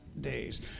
days